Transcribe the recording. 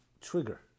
trigger